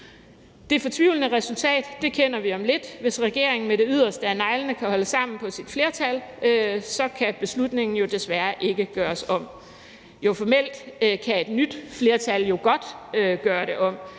det fortvivlende resultat kender vi om lidt, og hvis regeringen med det yderste af neglene kan holde sammen på sit flertal, kan beslutningen jo desværre ikke gøres om. Jo, formelt kan et nyt flertal godt gøre det om,